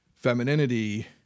Femininity